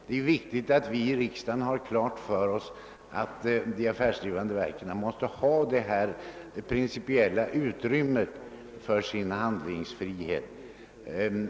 Det är viktigt att vi i riksdagen har klart för oss att de affärsdrivande verken principiellt måste ha detta utrymme för sin handlingsfrihet.